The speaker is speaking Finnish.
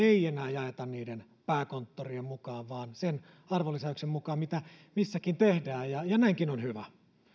jaeta niiden pääkonttorien mukaan vaan sen arvonlisäyksen mukaan mitä missäkin tehdään ja ja näinkin on hyvä